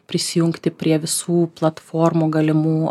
prisijungti prie visų platformų galimų